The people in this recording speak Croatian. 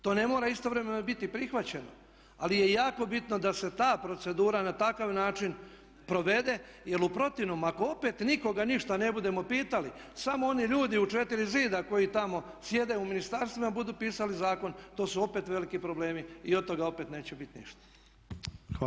To ne mora istovremeno biti prihvaćeno ali je jako bitno da se ta procedura na takav način provede jer u protivnom ako opet nikoga ništa ne budemo pitali samo oni ljudi u četiri zida koji tamo sjede u ministarstvima budu pisali zakon i to su opet veliki problemi i od toga opet neće biti ništa.